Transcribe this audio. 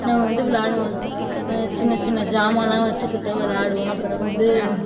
நாங்கள் வந்து விளாடுவோம் சின்ன சின்ன சாமான்லாம் வச்சுக்கிட்டு விளாடுவோம் அப்புறம் வந்து